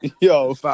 yo